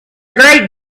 great